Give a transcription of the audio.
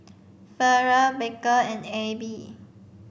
Ferrell Baker and Abbey